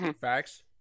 Facts